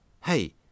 Hey